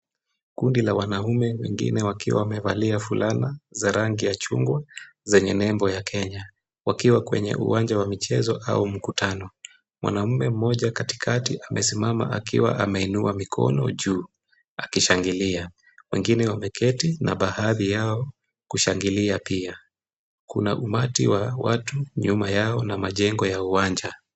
Kundi la wanaume wengine wakiwa wamevalia fulana za rangi ya chungwa zenye nembo ya Kenya wakiwa kwenye uwanja wa michezo au mkutano. Mwanaume mmoja katikati amesimama akiwa ameinua mikono juu akishangilia. Wengine wameketi na baadhi yao kushangilia pia. Kuna umati wa watu nyuma yao na majengo ya uwanja.